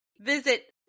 visit